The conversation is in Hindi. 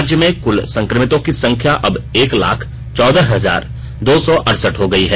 राज्य में कुल संक्रमितों की संख्या अब एक लाख चौदह हजार दो सौ अड़सठ हो गई है